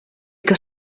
que